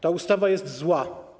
Ta ustawa jest zła.